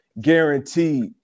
guaranteed